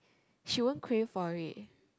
she won't crave for it